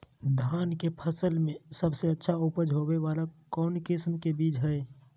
धान के फसल में सबसे अच्छा उपज होबे वाला कौन किस्म के बीज हय?